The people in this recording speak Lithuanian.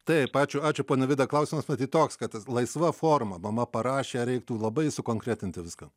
taip ačiū ačiū ponia vida klausimas matyt toks kad tad laisva forma mama parašė reiktų labai sukonkretinti viską